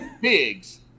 pigs